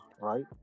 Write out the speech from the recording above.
right